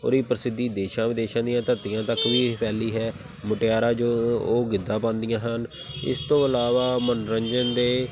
ਉਹਦੀ ਪ੍ਰਸਿੱਧੀ ਦੇਸ਼ਾਂ ਵਿਦੇਸ਼ਾਂ ਦੀਆਂ ਧਰਤੀਆਂ ਤੱਕ ਵੀ ਇਹ ਫੈਲੀ ਹੈ ਮੁਟਿਆਰਾਂ ਜੋ ਉਹ ਗਿੱਧਾ ਪਾਉਂਦੀਆਂ ਹਨ ਇਸਤੋਂ ਇਲਾਵਾ ਮਨੋਰੰਜਨ ਦੇ